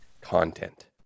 content